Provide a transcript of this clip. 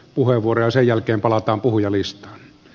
sen jälkeen palataan puhujalistaan